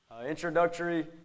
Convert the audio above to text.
Introductory